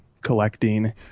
collecting